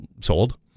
sold